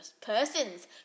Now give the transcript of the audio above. persons